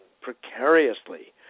precariously